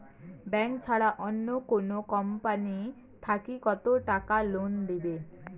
Bank ছাড়া অন্য কোনো কোম্পানি থাকি কত টাকা লোন দিবে?